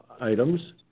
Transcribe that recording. items